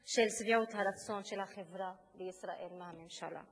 של שביעות הרצון של החברה בישראל מהממשלה,